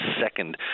second